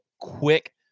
quick